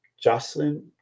Jocelyn